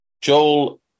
Joel